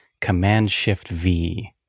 Command-Shift-V